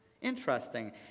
interesting